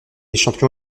champion